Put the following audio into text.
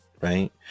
right